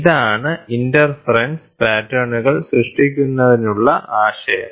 ഇതാണ് ഇന്റർഫെറെൻസ് പാറ്റേണുകൾ സൃഷ്ടിക്കുന്നതിനുള്ള ആശയം